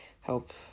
help